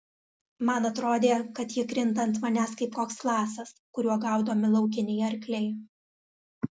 man atrodė kad ji krinta ant manęs kaip koks lasas kuriuo gaudomi laukiniai arkliai